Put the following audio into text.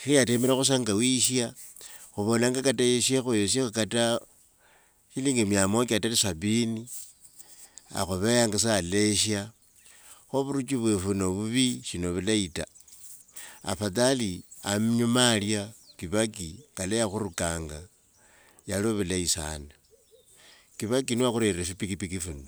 khe yatemrekho sa nga wisha khuvolanga kata yeshekho, yeshekho kata shilingi mia moja kata ni sabini, akhuveyanga sa alesha. Kho vuruchi vwefu no vuvi, shi novulai ta. Afadhali anyuma alya, kibaki nga laya khurukanga, yali vulai sana, kibaki niye wakhurera fupikipiki fino.